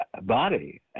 body